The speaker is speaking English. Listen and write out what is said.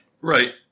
Right